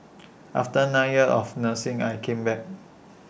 after nine years of nursing I came back